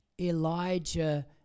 Elijah